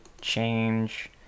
change